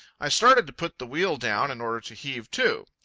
i started to put the wheel down in order to heave to.